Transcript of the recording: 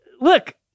look